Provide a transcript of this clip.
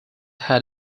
had